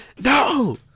No